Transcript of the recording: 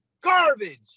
Garbage